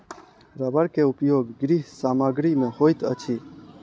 रबड़ के उपयोग गृह सामग्री में होइत अछि